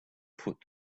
put